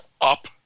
up